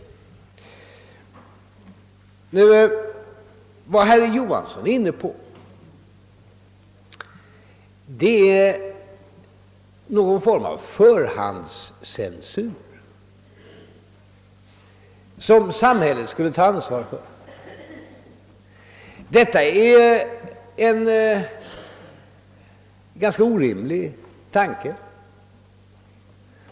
Vad herr Johansson nu är inne på är någon form av förhandscensur, som samhället skulle ta ansvar för. Detta är en orimlig tanke.